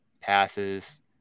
Passes